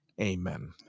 amen